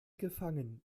gefangen